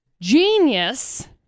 Genius